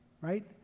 Right